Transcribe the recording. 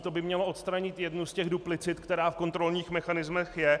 To by mělo odstranit jednu z duplicit, která v kontrolních mechanismech je.